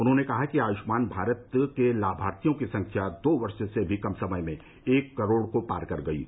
उन्होंने कहा कि आयुष्मान भारत के लाभार्थियों की संख्या दो वर्ष से भी कम समय में एक करोड़ को पार कर गई है